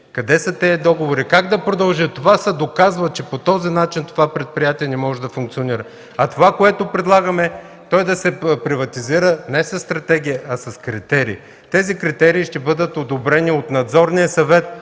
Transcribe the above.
Къде са тези договори, как да продължат? Това доказва, че по този начин това предприятие не може да функционира. Това, което предлагаме, е то да се приватизира не със стратегия, а с критерии. Те ще бъдат одобрени от Надзорния съвет,